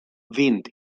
vint